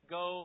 go